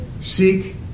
seek